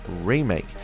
remake